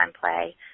play